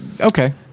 Okay